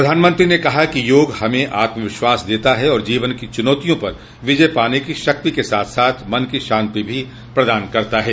प्रधानमंत्री ने कहा कि योग हमें आत्मविश्वास देता है और जीवन की चुनौतियों पर विजय पाने की शक्ति के साथ साथ मन की शांति भी प्रदान करता है